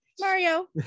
Mario